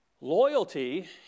Loyalty